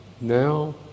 now